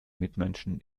mitmenschen